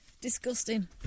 Disgusting